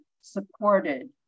supported